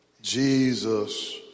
Jesus